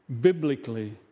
biblically